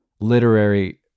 literary